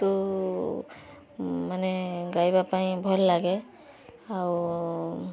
ତୁ ମାନେ ଗାଇବାପାଇଁ ଭଲଲାଗେ ଆଉ